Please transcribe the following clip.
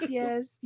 yes